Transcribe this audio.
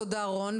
תודה רון,